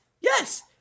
Yes